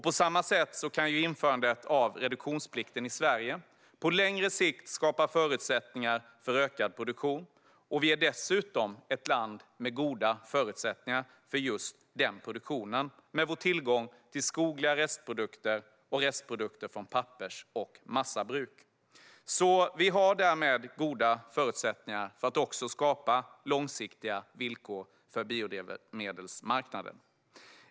På samma sätt kan införandet av reduktionsplikten i Sverige på längre sikt skapa förutsättningar för ökad produktion. Vi är dessutom ett land med goda förutsättningar för just denna produktion med vår tillgång till skogliga restprodukter och restprodukter från pappers och massabruk. Därmed har vi goda förutsättningar för att skapa långsiktiga villkor för biodrivmedelsmarknaden.